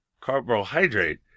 carbohydrate